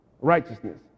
righteousness